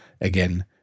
again